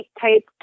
type